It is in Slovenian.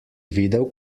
videl